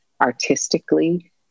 artistically